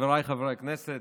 אנחנו נעבור להצעת חוק הבנקאות (רישוי)